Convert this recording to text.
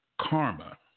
karma